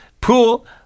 Pool